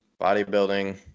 bodybuilding